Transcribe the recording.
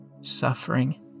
suffering